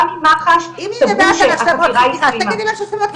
גם אם מח"ש סברו שהחקירה הסתיימה.